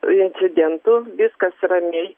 incidentų viskas ramiai